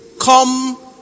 come